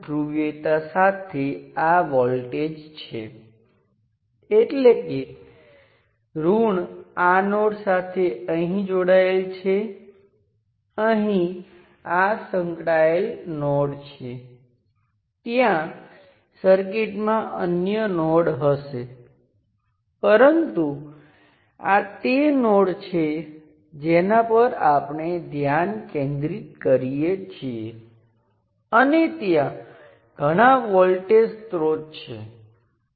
હવે આ સામાન્ય વાત છે મારો મતલબ છે કે એવા ઘણા કિસ્સાઓ છે જ્યાં આવું થાય છે તે પાવર સપ્લાય હોઈ શકે જ્યાં પાવર સપ્લાયની અંદર એક જટિલ સર્કિટ હોય છે પરંતુ તમારી પાસે ધન અને ઋણ એમ બે ટર્મિનલ છે અથવા એમ્પ્લીફાયર હોઈ શકે અથવા ઘણા કિસ્સાઓમાં ત્યાં જટિલ સર્કિટ છે પરંતુ તમે માત્ર સર્કિટ સાથે જોડાણ કરી શકો